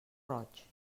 roig